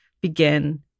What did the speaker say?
begin